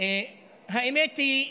האמת היא,